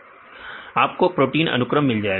विद्यार्थी आपको प्रोटीन अनुक्रम मिल जाएगा